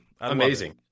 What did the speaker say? Amazing